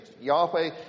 Yahweh